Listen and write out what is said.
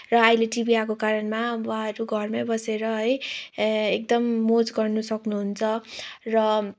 र अहिले टिभी आएको कारणमा बुवाहरू घरमै बसेर है एकदम मोज गर्नु सक्नुहुन्छ र